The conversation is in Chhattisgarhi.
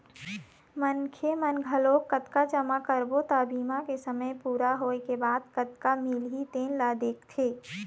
मनखे मन घलोक कतका जमा करबो त बीमा के समे पूरा होए के बाद कतका मिलही तेन ल देखथे